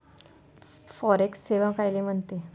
Forex सेवा कायले म्हनते?